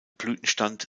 blütenstand